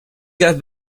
get